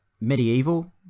Medieval